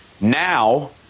Now